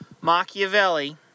Machiavelli